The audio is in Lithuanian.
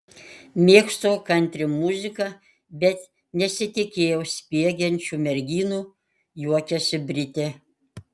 mėgstu kantri muziką bet nesitikėjau spiegiančių merginų juokiasi britė